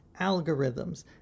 algorithms